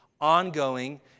ongoing